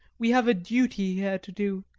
we have a duty here to do.